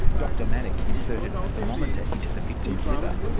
dr manock inserted a thermometer into the victim's liver